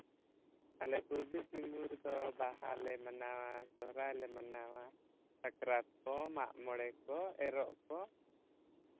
ᱟᱞᱮ ᱯᱩᱨᱵᱚ ᱥᱤᱝᱵᱷᱩᱢ ᱨᱮᱫᱚ ᱵᱟᱦᱟᱞᱮ ᱢᱟᱱᱟᱣᱟ ᱥᱚᱦᱚᱨᱟᱭ ᱞᱮ ᱢᱟᱱᱟᱣᱟ ᱥᱟᱠᱨᱟᱛ ᱦᱚᱸ ᱢᱟᱜ ᱢᱚᱬᱮ ᱠᱚ ᱮᱨᱚᱜ ᱠᱚ